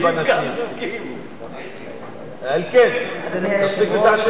אדוני היושב-ראש,